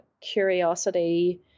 curiosity